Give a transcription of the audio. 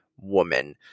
Woman